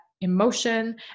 emotion